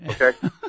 Okay